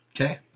Okay